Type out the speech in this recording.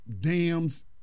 dams